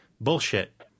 bullshit